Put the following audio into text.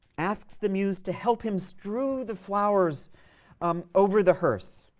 asks the muse to help him strew the flowers um over the hearse,